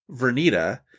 Vernita